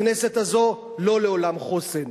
בכנסת הזאת לא לעולם חוסן.